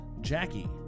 Jackie